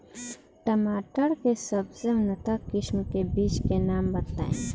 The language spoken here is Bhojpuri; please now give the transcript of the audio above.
टमाटर के सबसे उन्नत किस्म के बिज के नाम बताई?